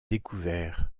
découvert